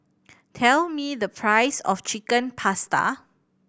tell me the price of Chicken Pasta